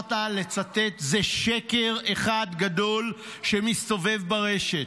שבחרת לצטט זה שקר אחד גדול, שמסתובב ברשת.